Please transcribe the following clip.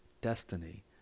destiny